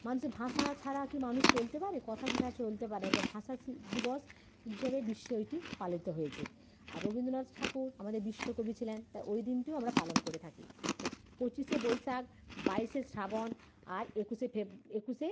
মানুষের ভাষা ছাড়া কি মানুষ চলতে পারে কথা ছাড়া চলতে পারে দে ভাষা দিবস হিসাবে বিশ্বে ওইটি পালিত হয়েছে আর রবীন্দ্রনাথ ঠাকুর আমাদের বিশ্বকবি ছিলেন তাই ওই দিনটিও আমরা পালন করে থাকি তাই পঁচিশে বৈশাখ বাইশে শ্রাবণ আর একুশে ফেব একুশে